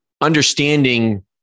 understanding